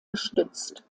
gestützt